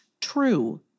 true